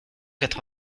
quatre